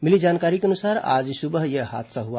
मिली जानकारी के अनुसार आज सुबह यह हादसा हुआ